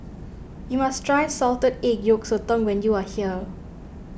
you must try Salted Egg Yolk Sotong when you are here